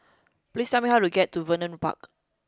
please tell me how to get to Vernon Park